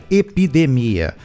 epidemia